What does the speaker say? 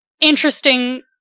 interesting